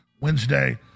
Wednesday